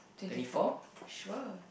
twenty four sure